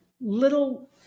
little